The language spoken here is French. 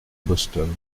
boston